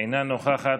אינה נוכחת.